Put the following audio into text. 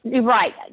Right